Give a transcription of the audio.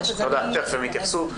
מיד הן יתייחסו.